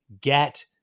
get